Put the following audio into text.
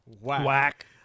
whack